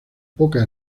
poca